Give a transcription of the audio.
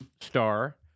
star